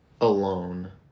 alone